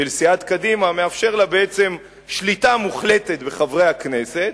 של סיעת קדימה מאפשר לה בעצם שליטה מוחלטת בחברי הכנסת,